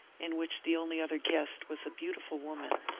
in which the only other guest was a beautiful woman,